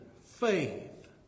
faith